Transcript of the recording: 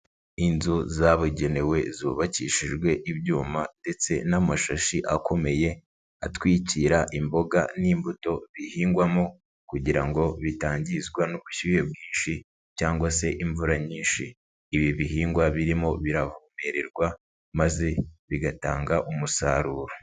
Inzu zabugenewe zubakishijwe ibyuma ndetse n'amashashi akomeye, atwikira imboga n'imbuto bihingwamo kugira ngo bitangizwa n'ubushyuhe bwinshi cyangwa se imvura nyinshi, ibi bihingwa birimo biravomererwa maze bigatanga umusaruro.